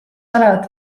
olevat